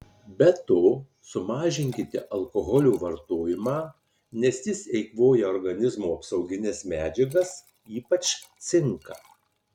be to sumažinkite alkoholio vartojimą nes jis eikvoja organizmo apsaugines medžiagas ypač cinką